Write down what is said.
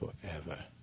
forever